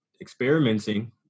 experimenting